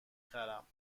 خرم